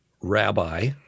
Rabbi